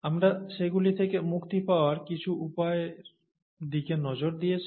আমরা সেগুলি থেকে মুক্তি পাওয়ার কিছু উপায়ের দিকে নজর দিয়েছি